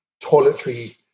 toiletry